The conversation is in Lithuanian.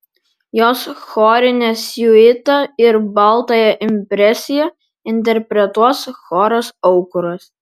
jos chorinę siuitą ir baltąją impresiją interpretuos choras aukuras